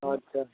अच्छा